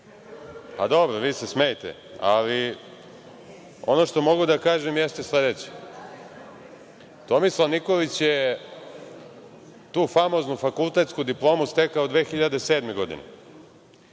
pa dobro vi se smejte, ali ono što mogu da kažem jeste sledeće. Tomislav Nikolić je tu famoznu fakultetsku diplomu stekao 2007. godine.